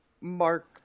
Mark